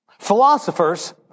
Philosophers